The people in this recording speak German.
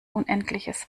unendliches